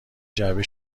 جعبه